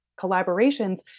collaborations